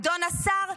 אדון השר,